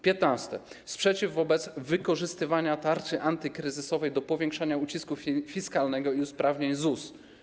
Piętnaste - sprzeciw wobec wykorzystywania tarczy antykryzysowej do powiększania ucisku fiskalnego i uprawnień ZUS.